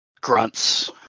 grunts